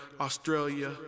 Australia